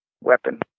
weapon